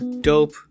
dope